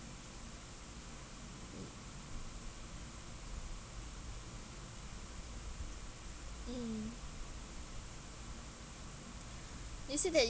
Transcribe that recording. mmhmm you said that